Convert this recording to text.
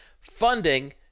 funding